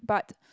but